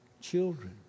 children